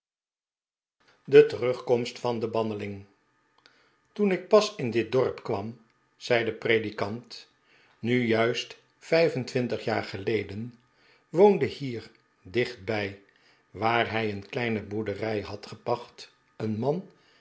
de terugkomst van den banneling toen ik pas in dit dorp kwam zei de predikant nu juist vijf en twintig jaar geleden woonde hier dichtbij waar hij een kleine boerderij had gepacht een man